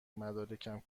مدارکم